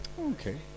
okay